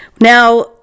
Now